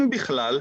אם בכלל,